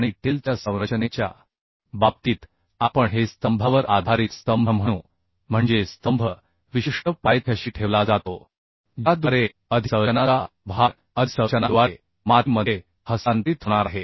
आणि टेलच्या संरचनेच्या बाबतीत आपण हे स्तंभावर आधारित स्तंभ म्हणू म्हणजे स्तंभ विशिष्ट पायथ्याशी ठेवला जातो ज्याद्वारे अधिसंरचनाचा भार अधिसंरचनाद्वारे मातीमध्ये हस्तांतरित होणार आहे